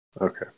Okay